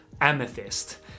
amethyst